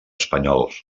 espanyols